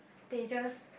they just